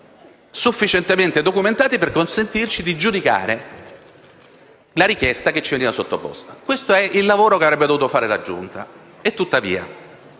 sufficientemente documentati per consentirci di giudicare la richiesta che ci veniva sottoposta. Questo è il lavoro che avrebbe dovuto fare la Giunta.